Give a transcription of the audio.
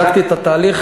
בדקתי את התהליך.